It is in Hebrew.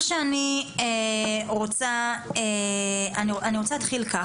אני רוצה להתחיל כך,